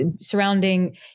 surrounding